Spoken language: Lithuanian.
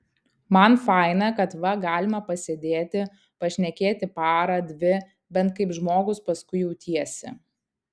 man faina kad va galima pasėdėti pašnekėti parą dvi bent kaip žmogus paskui jautiesi